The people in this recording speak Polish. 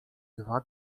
dwa